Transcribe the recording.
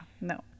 no